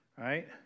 right